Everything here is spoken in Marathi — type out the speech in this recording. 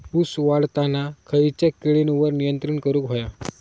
ऊस वाढताना खयच्या किडींवर नियंत्रण करुक व्हया?